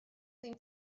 ddim